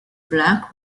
black